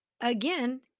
again